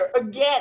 Again